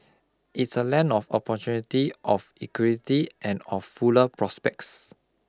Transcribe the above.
it's a land of opportunity of equality and of fuller prospects